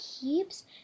keeps